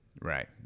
Right